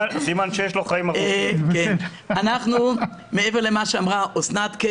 אנחנו מעבר למה שאמרה אסנת,